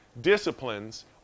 disciplines